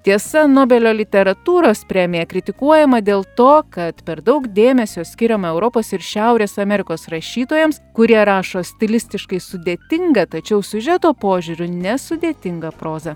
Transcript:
tiesa nobelio literatūros premija kritikuojama dėl to kad per daug dėmesio skiriama europos ir šiaurės amerikos rašytojams kurie rašo stilistiškai sudėtingą tačiau siužeto požiūriu nesudėtingą prozą